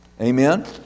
Amen